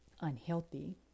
unhealthy